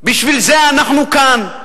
בשביל זה אנחנו כאן.